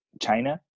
China